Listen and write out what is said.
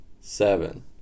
seven